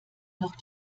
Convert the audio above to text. noch